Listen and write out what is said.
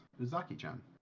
Uzaki-chan